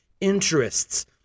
interests